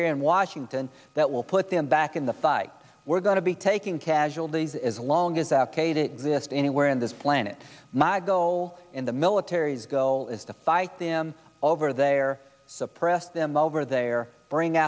here in washington that will put them back in the fight we're going to be taking casualties as long as f k to exist anywhere in this planet my goal in the military is go is to fight them over there suppress them over there bring